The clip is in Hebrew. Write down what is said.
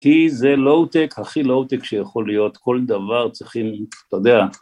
כי זה לואו-טק, הכי לואו-טק שיכול להיות, כל דבר צריכים, אתה יודע.